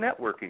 networking